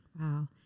Wow